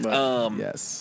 Yes